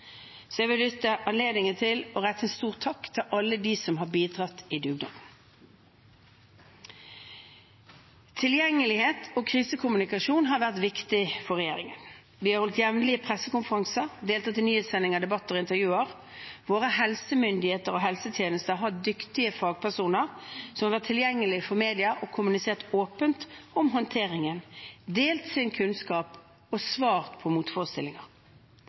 Så jeg vil benytte anledningen til å rette en stor takk til alle dem som har bidratt i dugnaden. Tilgjengelighet og krisekommunikasjon har vært viktig for regjeringen. Vi har holdt jevnlige pressekonferanser og deltatt i nyhetssendinger, debatter og intervjuer. Våre helsemyndigheter og helsetjenesten har dyktige fagpersoner som har vært tilgjengelige for media og kommunisert åpent om håndteringen, delt sin kunnskap og svart på